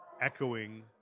echoing